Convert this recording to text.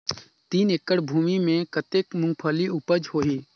तीन एकड़ भूमि मे कतेक मुंगफली उपज होही?